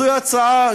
זוהי הצעה,